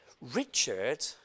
Richard